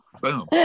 boom